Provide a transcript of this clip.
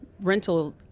rental